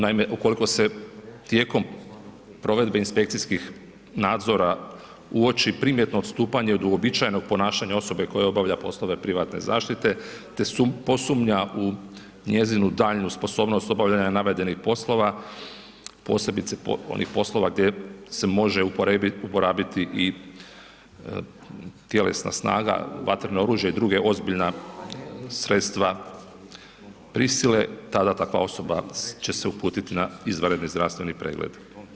Naime, ukoliko se tijekom provedbe inspekcijskih nadzora uopći primjetno odstupanje od uobičajenog ponašanja osobe koja obavlja poslove privatne zaštite te posumnja u njezinu daljnju sposobnost navedenih poslova, posebice onih poslova gdje se može uporabiti i tjelesna snaga, vatreno oružje i druga ozbiljna sredstva prisile tada takva osoba će se uputiti na izvanredni zdravstveni pregled.